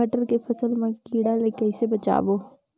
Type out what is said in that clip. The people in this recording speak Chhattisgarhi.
मटर के फसल मा कीड़ा ले कइसे बचाबो?